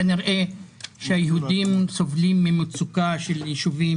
כנראה שהיהודים סובלים ממצוקה של יישובים